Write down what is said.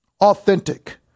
authentic